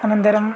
अनन्तरम्